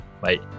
bye